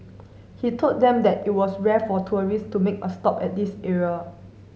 he told them that it was rare for tourists to make a stop at this area